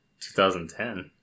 2010